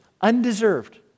undeserved